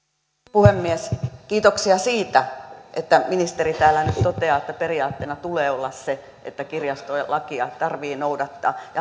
puhemies kiitoksia siitä että ministeri täällä nyt toteaa että periaatteena tulee olla se että kirjastolakia tarvitsee noudattaa